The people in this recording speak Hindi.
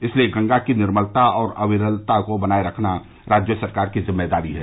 इसलिए गंगा की निर्मलता और अविरलता को बनाये रखना राज्य सरकार की जिम्मेदारी है